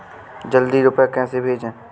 जल्दी रूपए कैसे भेजें?